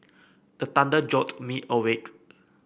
the thunder jolt me awake